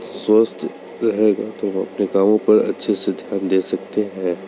स्वस्थ रहेगा तो हम अपने कामों पर अच्छे से ध्यान दे सकते हैं